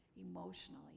emotionally